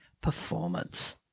performance